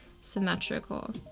symmetrical